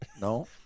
No